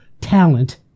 talent